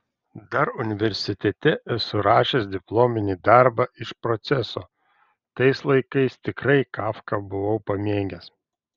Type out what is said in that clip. dar universitete esu rašęs diplominį darbą iš proceso tais laikais tikrai kafką buvau pamėgęs